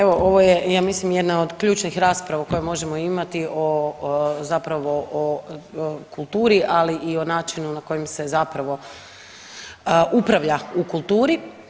Evo ovo je ja mislim jedna od ključnih rasprava koje možemo imati o zapravo kulturi, ali i o načinu na koji se zapravo upravlja u kulturi.